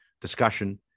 discussion